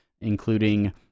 including